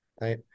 right